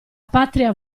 patria